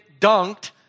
dunked